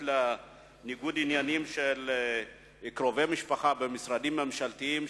לניגוד עניינים של קרובי משפחה במשרדים ממשלתיים,